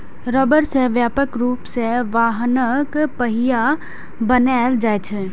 रबड़ सं व्यापक रूप सं वाहनक पहिया बनाएल जाइ छै